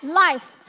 life